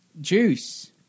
Juice